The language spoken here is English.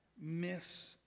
miss